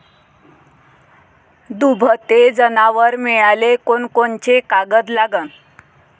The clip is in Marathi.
दुभते जनावरं मिळाले कोनकोनचे कागद लागन?